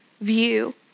view